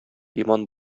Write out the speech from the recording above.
иман